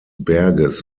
berges